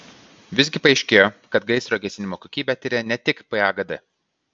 visgi paaiškėjo kad gaisro gesinimo kokybę tiria ne tik pagd